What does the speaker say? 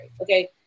Okay